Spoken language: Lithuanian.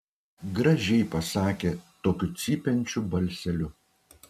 gražiai pasakė tokiu cypiančiu balseliu